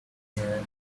here